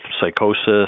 psychosis